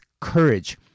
courage